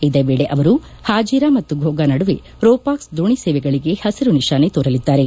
ಇದೇ ವೇಳೆ ಅವರು ಹಾಜೀರಾ ಮತ್ತು ಘೋಗಾ ನಡುವೆ ರೋ ಪಾಕ್ಸ್ ದೋಣಿ ಸೇವೆಗಳಿಗೆ ಹಸಿರು ನಿಶಾನೆ ತೋರಲಿದ್ದಾರೆ